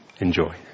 Enjoy